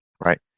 Right